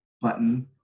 button